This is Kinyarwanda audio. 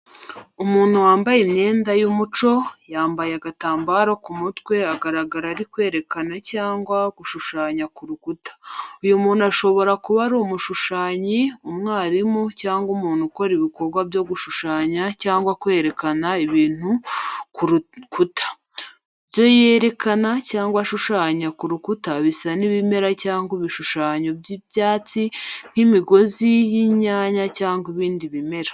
Umuntu wambaye imyenda y’umuco, yambaye agatambaro ku mutwe agaragara ari kwerekana cyangwa gushushanya ku rukuta. Uyu muntu ashobora kuba ari umushushanyi, umwarimu, cyangwa umuntu ukora ibikorwa byo gushushanya cyangwa kwerekana ibintu ku rukuta. Ibyo yerekana cyangwa ashushanya ku rukuta bisa n’ibimera cyangwa ibishushanyo by'ibyatsi nk’imigozi y’inyanya cyangwa ibindi bimera.